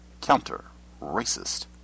counter-racist